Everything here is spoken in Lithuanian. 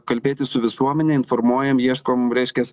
kalbėti su visuomene informuojam ieškom reiškias